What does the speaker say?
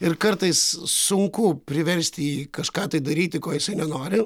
ir kartais sunku priversti jį kažką tai daryti ko jisai nenori